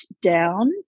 down